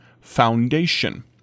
foundation